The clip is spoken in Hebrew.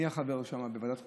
אני חבר בוועדת החוקה,